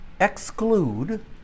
exclude